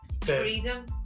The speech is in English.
freedom